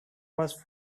was